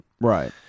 Right